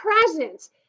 presence